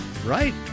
Right